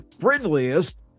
friendliest